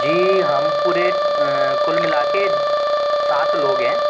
जी हम पूरे कुल मिला के सात लोग हैं